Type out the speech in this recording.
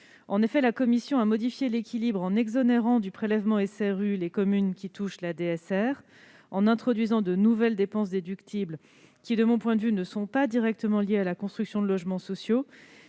Gouvernement. La commission a modifié l'équilibre de l'article 16 en exonérant de prélèvement SRU les communes qui touchent la DSR, en introduisant de nouvelles dépenses déductibles- de mon point de vue, ces dernières ne sont pas directement liées à la construction de logements sociaux